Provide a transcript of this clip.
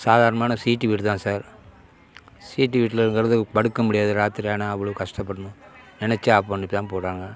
சாதாரணமான ஷீட்டு வீடு தான் சார் ஷீட்டு வீட்டில் இருக்கிறது படுக்க முடியாது ராத்திரியானா அவ்வளோ கஷ்டப்படணும் நினச்சா ஆஃப் பண்ணிட்டு தான் போடுறாங்க